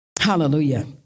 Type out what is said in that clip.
Hallelujah